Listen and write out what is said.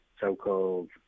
so-called